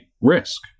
risk